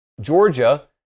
Georgia